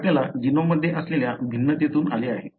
हे आपल्या जीनोममध्ये असलेल्या भिन्नतेतून आले आहे